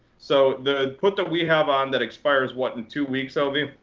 so the put that we have on that expires, what, in two weeks, obie?